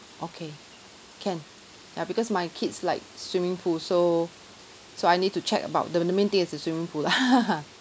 okay can ya because my kids like swimming pool so so I need to check about the the main thing is the swimming pool lah